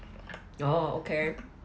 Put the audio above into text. oh okay